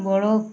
বড়